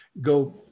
go